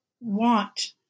want